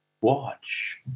watch